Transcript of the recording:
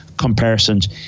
Comparisons